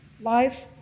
life